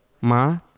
ma